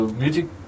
music